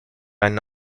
einen